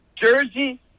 Jersey